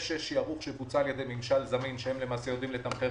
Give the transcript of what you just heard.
יש שערוך שבוצע על ידי ממשל זמין שהם למעשה יודעים לתמחר